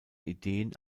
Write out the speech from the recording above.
ideen